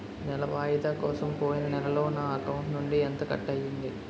నెల వాయిదా కోసం పోయిన నెలలో నా అకౌంట్ నుండి ఎంత కట్ అయ్యింది?